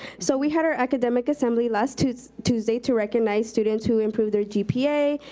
so we had our academic assembly last tuesday tuesday to recognize students who improved their gpa,